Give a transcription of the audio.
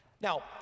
Now